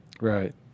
right